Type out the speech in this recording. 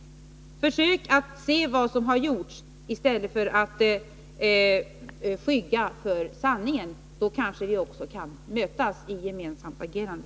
Försök att se vad som har gjorts i stället för att skygga för sanningen! Om Birgitta Dahl gör det, kanske vi också kan mötas i ett gemensamt agerande.